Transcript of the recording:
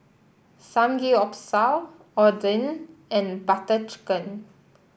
Samgyeopsal Oden and Butter Chicken